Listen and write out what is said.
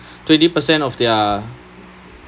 twenty percent of their